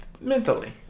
mentally